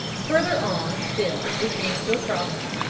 further on still we came to a crossing.